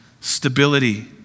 stability